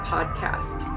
Podcast